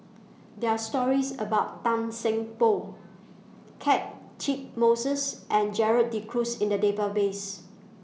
There Are stories about Tan Seng Poh Catchick Moses and Gerald De Cruz in The Database